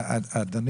אבל,